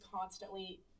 constantly